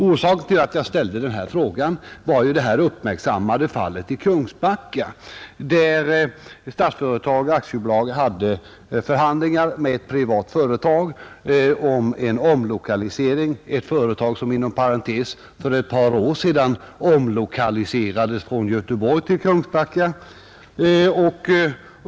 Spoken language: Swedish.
Orsaken till att jag ställt denna fråga var det uppmärksammade fallet i Kungsbacka där Statsföretag AB hade förhandlingar med ett privat företag om en omlokalisering, ett företag som inom parentes sagt för ett par år sedan omlokaliserats från Göteborg till Kungsbacka.